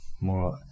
more